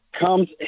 comes